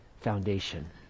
foundation